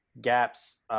gaps